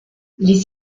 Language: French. les